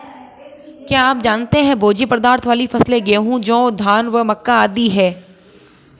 क्या आप जानते है भोज्य पदार्थ वाली फसलें गेहूँ, जौ, धान व मक्का आदि है?